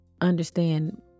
understand